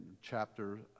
chapter